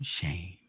shame